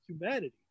humanity